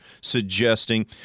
suggesting